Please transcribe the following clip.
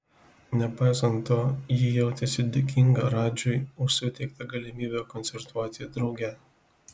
nepaisant to ji jautėsi dėkinga radžiui už suteikta galimybę koncertuoti drauge